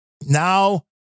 Now